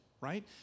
right